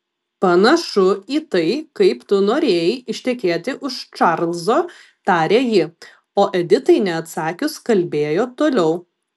panašu į tai kaip tu norėjai ištekėti už čarlzo tarė ji o editai neatsakius kalbėjo toliau